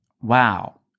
Wow